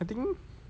I think